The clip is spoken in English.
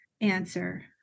answer